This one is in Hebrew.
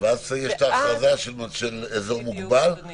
ואז יש הכרזה על אזור מוגבל